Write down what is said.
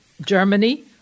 Germany